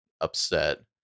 upset